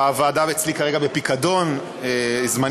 הוועדה אצלי כרגע בפיקדון זמני